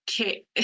okay